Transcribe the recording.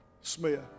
Smith